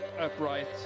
upright